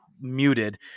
muted